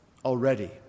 already